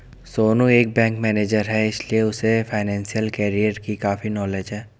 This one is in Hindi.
सोनू एक बैंक मैनेजर है इसीलिए उसे फाइनेंशियल कैरियर की काफी नॉलेज है